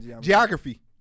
geography